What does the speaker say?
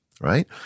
Right